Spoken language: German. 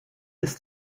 ist